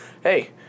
hey